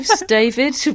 David